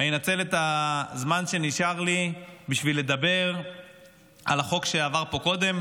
אנצל את הזמן שנשאר לי בשביל לדבר על החוק שעבר פה קודם,